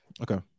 Okay